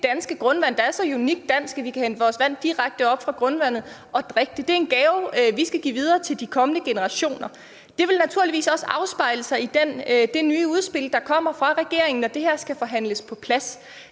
danske grundvand, der er så unikt dansk, og som betyder, at vi kan hente vores vand direkte op fra grundvandet og drikke det, og det er en gave, vi skal give videre til de kommende generationer. Det vil naturligvis også afspejle sig i det nye udspil, der kommer fra regeringen, når det her skal forhandles på plads.